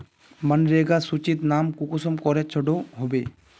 मनरेगा सूचित नाम कुंसम करे चढ़ो होबे?